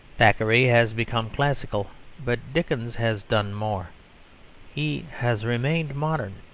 thackeray has become classical but dickens has done more he has remained modern.